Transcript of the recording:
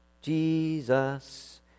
Jesus